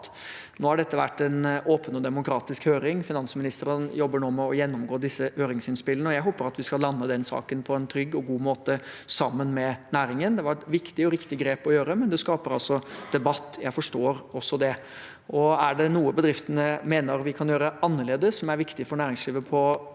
Det har vært en åpen og demokratisk høring. Finansministeren jobber nå med å gjennomgå disse høringsinnspillene, og jeg håper at vi skal lande den saken på en trygg og god måte sammen med næringen. Det var et viktig og riktig grep å gjøre, men det skaper altså debatt. Jeg forstår også det. Og er det noe bedriftene mener vi kan gjøre annerledes som er viktig for næringslivet på Vestlandet,